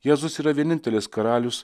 jėzus yra vienintelis karalius